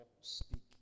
speak